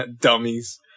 Dummies